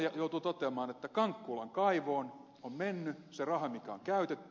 silloin joutuu toteamaan että kankkulan kaivoon on mennyt se raha mikä on käytetty